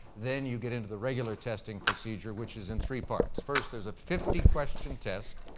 then you get into the regular testing procedure, which is in three parts. first, there's a fifty question test,